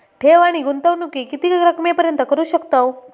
ठेव आणि गुंतवणूकी किती रकमेपर्यंत करू शकतव?